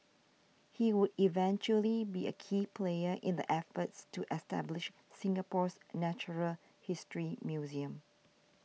he would eventually be a key player in the efforts to establish Singapore's natural history museum